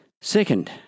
Second